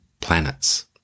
planets